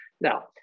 now